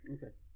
Okay